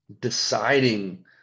Deciding